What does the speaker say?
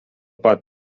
pat